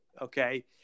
Okay